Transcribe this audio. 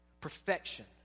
Perfection